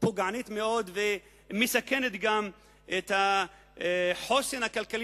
פוגענית מאוד וגם מסכנת את החוסן הכלכלי